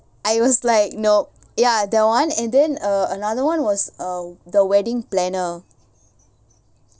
I was like nop ya that [one] and then uh another one was uh the wedding planner